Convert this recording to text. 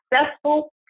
successful